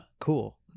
Cool